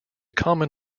common